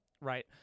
right